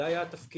זה היה התפקיד,